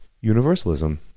universalism